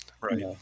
Right